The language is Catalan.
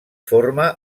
forma